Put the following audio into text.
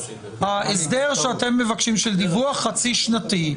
ההסדר שאתם מבקשים של דיווח חצי שנתי,